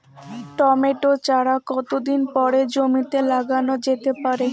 Tomato চারা কতো দিন পরে জমিতে লাগানো যেতে পারে?